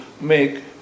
make